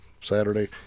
saturday